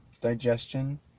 digestion